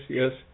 yes